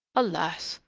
alas!